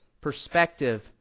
perspective